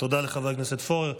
תודה לחבר הכנסת פורר.